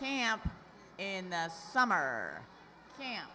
camp in the summer camp